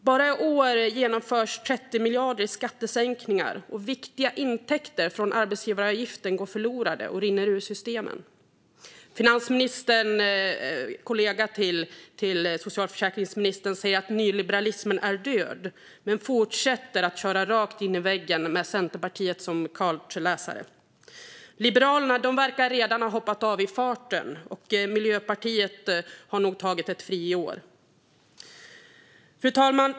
Bara i år genomförs skattesänkningar på 30 miljarder. Viktiga intäkter från arbetsgivaravgifterna går förlorade och rinner ur systemen. Finansministern - socialförsäkringsministerns kollega - säger att nyliberalismen är död men fortsätter att köra rakt in i väggen med Centerpartiet som kartläsare. Liberalerna verkar redan ha hoppat av i farten. Miljöpartiet har nog tagit ett friår. Fru talman!